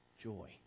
joy